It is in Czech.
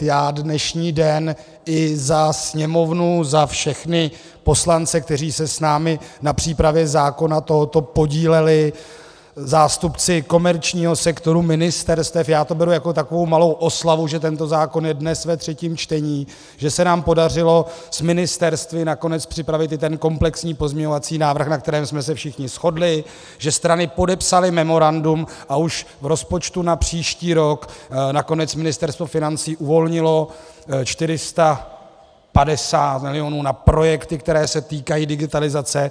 Já dnešní den i za Sněmovnu, za všechny poslance, kteří se s námi na přípravě tohoto zákona podíleli, zástupci komerčního sektoru, ministerstev, já to beru jako takovou malou oslavu, že tento zákon je dnes ve třetím čtení, že se nám podařilo s ministerstvy nakonec připravit i ten komplexní pozměňovací návrh, na kterém jsme se všichni shodli, že strany podepsaly memorandum a už v rozpočtu na příští rok nakonec Ministerstvo financí uvolnilo 450 milionů na projekty, které se týkají digitalizace.